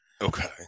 Okay